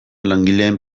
langileen